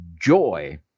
joy